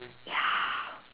ya